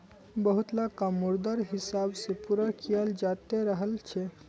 बहुतला काम मुद्रार हिसाब से पूरा कियाल जाते रहल छे